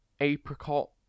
apricot